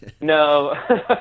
No